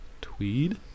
tweed